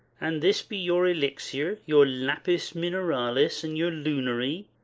an this be your elixir, your lapis mineralis, and your lunary,